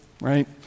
Right